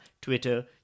Twitter